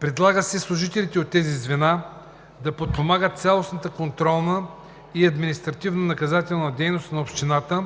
Предлага се служителите от тези звена да подпомагат цялостната контролна и административнонаказателна дейност на общината,